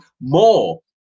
more